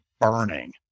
burning